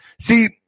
See